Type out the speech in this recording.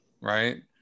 right